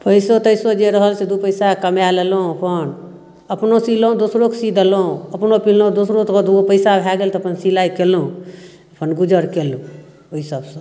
पैसो तैसो जे रहल से दू पैसा कमा लेलहुँ अपन अपनो सिलहुँ दोसरोके सी देलहुँ अपनो सिलहुँ दोसरोके दुगो पैसा भए गेल तऽ अपन सिलाइ केलहुँ अपन गुजर केलहुँ ओइ सबसँ